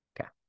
Okay